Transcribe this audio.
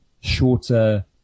shorter